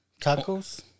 Tacos